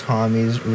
Tommy's